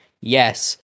yes